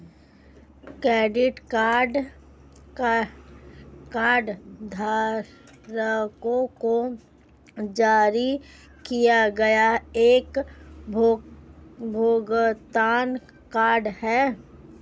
credit card कार्डधारकों को जारी किया गया एक भुगतान कार्ड है